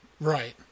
Right